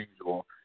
usual